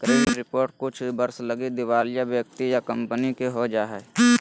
credit report कुछ वर्ष लगी दिवालिया व्यक्ति या कंपनी के हो जा हइ